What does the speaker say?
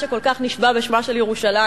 שכל כך נשבע בשמה של ירושלים,